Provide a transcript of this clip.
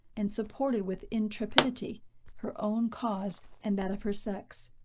and supported with intrepidity her own cause and that of her sex.